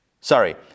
sorry